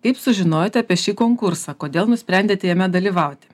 kaip sužinojote apie šį konkursą kodėl nusprendėte jame dalyvauti